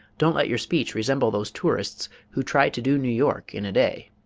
don't let your speech resemble those tourists who try to do new york in a day.